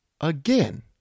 again